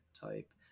type